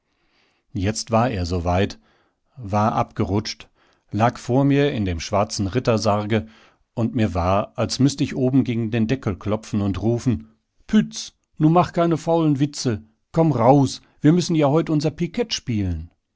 jetzt war er so weit war abgerutscht lag vor mir in dem schwarzen rittersarge und mir war als müßt ich oben gegen den deckel klopfen und rufen pütz nu mach keine faulen witze komm raus wir müssen ja heut unser pikett spielen